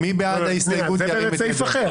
--- למרות הניסוח המעורפל.